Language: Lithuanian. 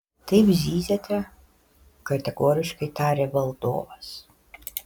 taip zyziate kategoriškai tarė valdovas